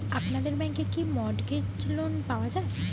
আপনাদের ব্যাংকে কি মর্টগেজ লোন পাওয়া যায়?